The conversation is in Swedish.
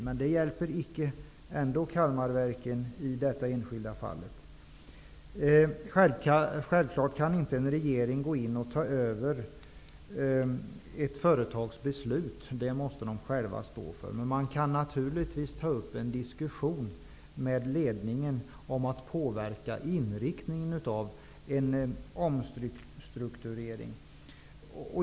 Men det hjälper ändå inte Självfallet kan en regering inte gå in och ta över ett företags beslutsfattande. Det måste företaget självt stå för. Men man kan naturligtvis ta upp en diskussion med ledningen för att påverka inriktningen av en omstrukturering.